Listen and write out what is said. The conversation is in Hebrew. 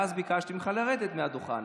ואז ביקשתי ממך לרדת מהדוכן.